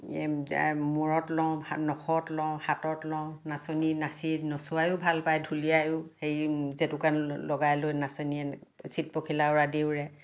মূৰত লওঁ নখত লওঁ হাতত লওঁ নাচনী নাচি নচুৱাই ভাল পায় ঢুলীয়াইয়ো হেৰি জেতুকা লগাই লৈ নাচনীয়ে চিত পখিলা উৰাদি উৰে